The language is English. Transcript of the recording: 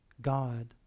God